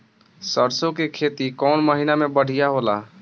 सरसों के खेती कौन महीना में बढ़िया होला?